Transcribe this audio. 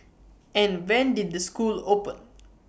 and when did the school open